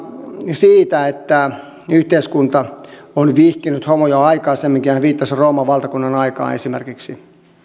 siitä että yhteiskunta on vihkinyt homoja aikaisemminkin hän viittasi rooman valtakunnan aikaan esimerkiksi niin